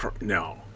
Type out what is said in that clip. no